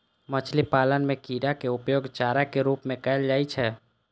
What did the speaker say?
मछली पालन मे कीड़ाक उपयोग चारा के रूप मे कैल जाइ छै